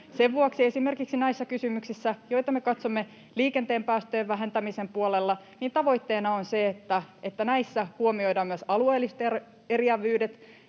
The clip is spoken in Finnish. Sen vuoksi esimerkiksi näissä kysymyksissä, joita me katsomme liikenteen päästöjen vähentämisen puolella, tavoitteena on se, että näissä huomioidaan myös alueelliset eriävyydet,